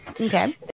Okay